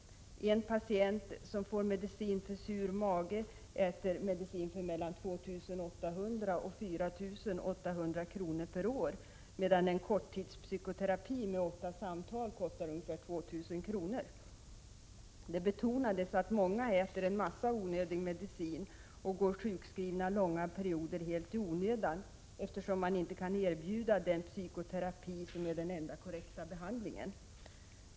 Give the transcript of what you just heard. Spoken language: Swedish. En patient som får medicin för sur mage äter medicin för 2 8004 800 kr. per år, medan en korttidspsykoterapi med åtta samtal kostar ungefär 2 000 kr. Det betonades att många äter en massa onödig medicin och går sjukskrivna långa perioder helt i onödan, eftersom man inte kan erbjuda den psykoterapi som är den enda korrekta behandlingen.